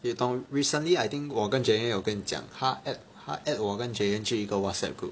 你懂 recently I think 我跟 Jayen 有跟你讲他 add 我跟 Jayen 去一个 Whatsapp group